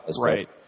Right